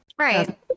right